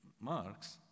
Marx